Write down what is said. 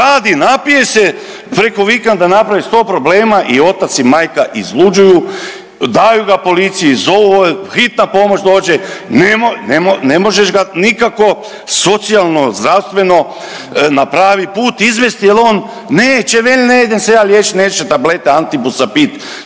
radi, napije se, preko vikenda napravi 100 problema i otac i majka izluđuju, daju ga policiji, zovu ove, hitna pomoć dođe, ne možeš ga nikako socijalno, zdravstveno na pravi put izvesti jer on neće, veli ne idem se ja liječiti neću tablete Antabusa pit,